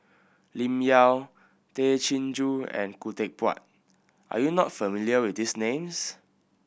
Lim Yau Tay Chin Joo and Khoo Teck Puat are you not familiar with these names